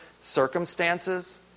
circumstances